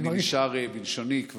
ואני נשאר בלשוני.